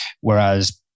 whereas